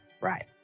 right